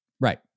Right